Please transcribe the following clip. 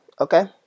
Okay